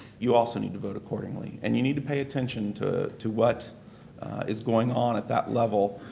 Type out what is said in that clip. you also need to vote accordingly. and you need to pay attention to to what is going on at that level.